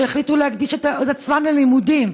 שהחליטו להקדיש את עצמם ללימודים,